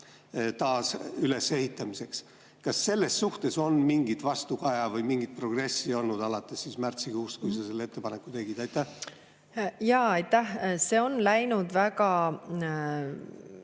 taas ülesehitamiseks. Kas selles suhtes on mingit vastukaja või mingit progressi olnud alates märtsikuust, kui sa selle ettepaneku tegid? Aitäh! See on läinud väga